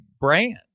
brand